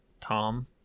Tom